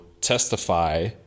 testify